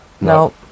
No